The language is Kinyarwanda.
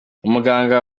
umuganga